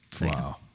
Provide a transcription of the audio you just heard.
Wow